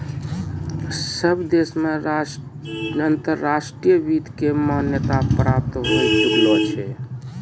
सब देश मे अंतर्राष्ट्रीय वित्त के मान्यता प्राप्त होए चुकलो छै